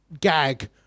gag